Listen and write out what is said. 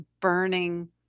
burning